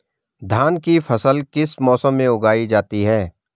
धान की फसल किस मौसम में उगाई जाती है?